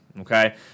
Okay